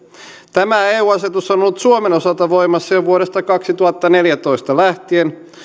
tämä eu asetus on ollut suomen osalta voimassa jo vuodesta kaksituhattaneljätoista lähtien